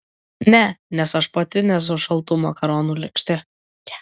ne nes aš pati nesu šaltų makaronų lėkštė